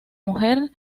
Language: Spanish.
mujer